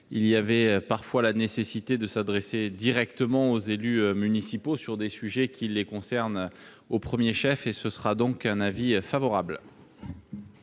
il y avait parfois la nécessité de s'adresser directement aux élus municipaux sur des sujets qui les concernent au 1er chef et ce sera donc un avis favorable.